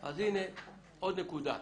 אז הנה עוד נקודה.